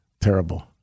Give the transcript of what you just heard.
Terrible